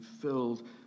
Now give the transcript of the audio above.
filled